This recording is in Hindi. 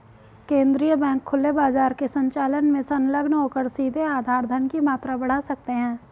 केंद्रीय बैंक खुले बाजार के संचालन में संलग्न होकर सीधे आधार धन की मात्रा बढ़ा सकते हैं